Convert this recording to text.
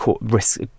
risk